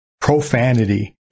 profanity